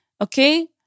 okay